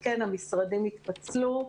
כן, המשרדים התפצלו,